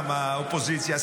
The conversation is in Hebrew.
גם מהאופוזיציה,